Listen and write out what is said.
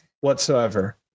whatsoever